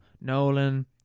Nolan